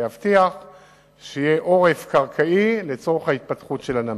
זו נקודה מאוד חשובה להבטיח שיהיה עורף קרקעי לצורך ההתפתחות של הנמל.